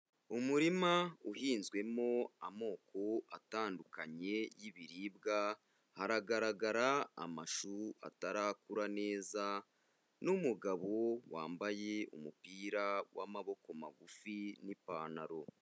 Umurima uhinzwemo amoko atandukanye y'ibiribwa, hagaragara amashu atarakura neza n'umugabo wambaye umupira w'amaboko magufi n'ipantaro.